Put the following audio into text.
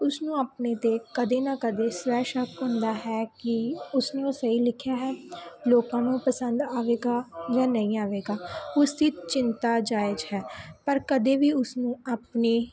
ਉਸਨੂੰ ਆਪਣੇ ਅਤੇ ਕਦੇ ਨਾ ਕਦੇ ਸਵੈ ਸ਼ਕ ਹੁੰਦਾ ਹੈ ਕਿ ਉਸਨੂੰ ਸਹੀ ਲਿਖਿਆ ਹੈ ਲੋਕਾਂ ਨੂੰ ਪਸੰਦ ਆਵੇਗਾ ਜਾਂ ਨਹੀਂ ਆਵੇਗਾ ਉਸਦੀ ਚਿੰਤਾ ਜ਼ਾਇਜ ਹੈ ਪਰ ਕਦੇ ਵੀ ਉਸ ਨੂੰ ਆਪਣੀ